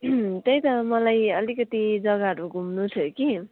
त्यही त मलाई अलिकति जग्गाहरू घुम्नु थियो कि